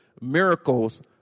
miracles